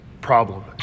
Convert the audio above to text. problem